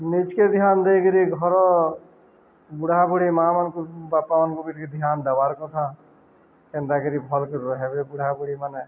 ନିଜକେ ଧ୍ୟାନ ଦେଇକିରି ଘର ବୁଢ଼ା ବୁଢ଼ୀ ମା' ମାନଙ୍କୁ ବାପା ମାନଙ୍କୁ ବି ଟିକେ ଧ୍ୟାନ ଦେବାର୍ କଥା କେନ୍ତାକରି ଭଲକ ରହେବେ ବଢ଼ା ବୁ଼ ମାନ